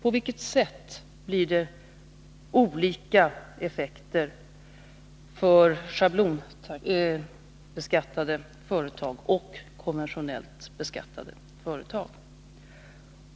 På vilket sätt blir det olika effekter för schablonbeskattade företag och konventionellt beskattade företag?